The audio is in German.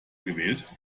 gewählt